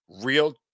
Real